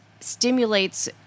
Stimulates